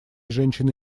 женщины